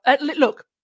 Look